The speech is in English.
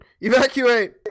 Evacuate